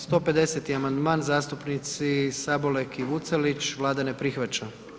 150. amandman zastupnici Sabolek i Vucelić Vlada ne prihvaća.